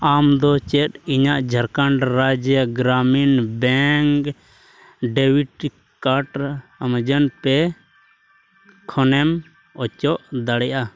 ᱟᱢᱫᱚ ᱪᱮᱫ ᱤᱧᱟᱹᱜ Jharkhand Rajya Gramin bank debit card Amazon pay ᱠᱷᱚᱱᱮᱢ ᱚᱪᱚᱜ ᱫᱟᱲᱮᱭᱟᱜᱼᱟ